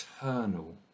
eternal